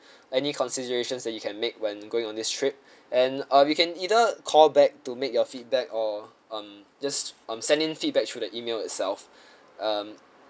any considerations that you can make when going on this trip and uh we can either call back to make your feedback or um just um send in feedback through the email itself um